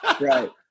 Right